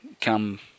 come